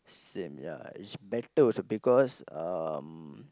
same yeah it's better also because um